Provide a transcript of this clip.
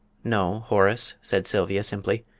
no, horace, said sylvia, simply,